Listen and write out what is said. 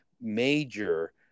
major